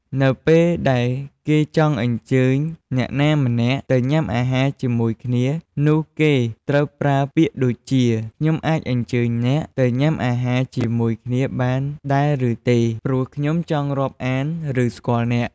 នៅពេលដែលគេចង់អញ្ចើញអ្នកណាម្នាក់ទៅញ៊ាំអាហារជាមួយគ្នានោះគេត្រូវប្រើពាក្យដូចជា "ខ្ញុំអាចអញ្ជើញអ្នកទៅញ៉ាំអាហារជាមួយគ្នាបានដែរ ឬទេ ព្រោះខ្ញុំចង់រាប់អាន ឬស្គាល់អ្នក" ។